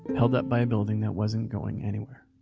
held up by a building that wasn't going anywhere